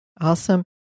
Awesome